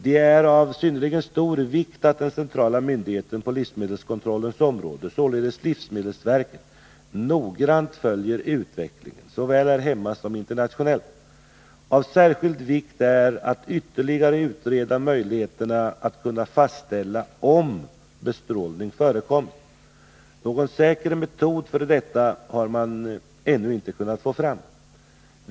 Det är av synnerligen stor vikt att den centrala myndigheten på livsmedelskontrollens område, således livsmedelsverket, noggrant följer utvecklingen, såväl här hemma som internationellt. Av särskild vikt är att ytterligare utreda möjligheterna att fastställa om bestrålning förekommit. Någon säker metod för detta har man ännu inte kunnat få fram.